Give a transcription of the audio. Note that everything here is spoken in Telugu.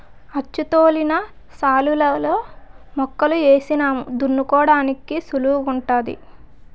అచ్చుతోలిన శాలులలో మొక్కలు ఏసినాము దున్నుకోడానికి సుళువుగుంటాది